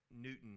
Newton